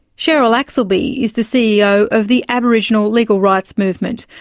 cheryl axleby is the ceo of the aboriginal legal rights movement,